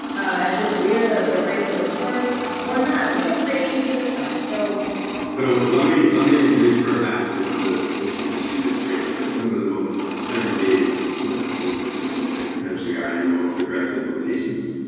as if we're the the race whisperers. we're not. we didn't create these systems, so. bobb so let me let me refer back to one of the issues that you just raised, that some of the most segregated public-school systems in the country are in the most progressive locations.